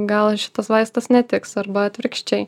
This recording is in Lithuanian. gal šitas vaistas netiks arba atvirkščiai